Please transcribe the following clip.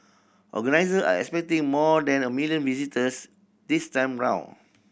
organiser are expecting more than a million visitors this time round